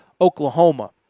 Oklahoma